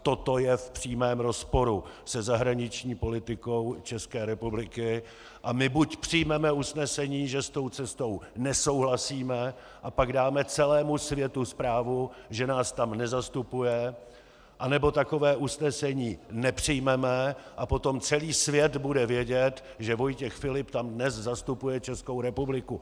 Toto je v přímém rozporu se zahraniční politikou České republiky a my buď přijmeme usnesení, že s tou cestou nesouhlasíme, a pak dáme celému světu zprávu, že nás tam nezastupuje, anebo takové usnesení nepřijmeme a potom celý svět bude vědět, že Vojtěch Filip tam dnes zastupuje Českou republiku.